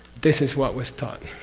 this is what was taught.